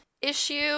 issue